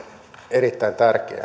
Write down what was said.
erittäin